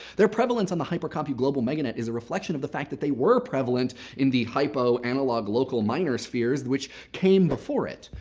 their prevalence on the hypo-compute global magnet is a reflection of the fact that they were prevalent in the hypo-analog local minor spheres which came before it.